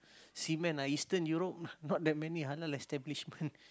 seamen ah eastern Europe not that many halal establishment